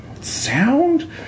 sound